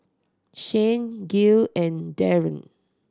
Shane Gayle and Daren